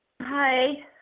Hi